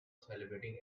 celebrating